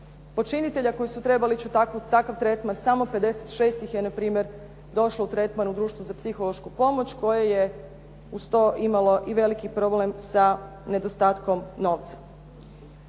počinitelja koji su trebali ići u takav tretman samo 56 ih je npr. došlo u tretman u društvu za psihološku pomoć koje je uz to imalo i veliki problem sa nedostatkom novca.